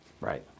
Right